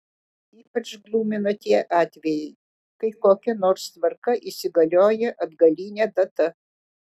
ypač glumina tie atvejai kai kokia nors tvarka įsigalioja atgaline data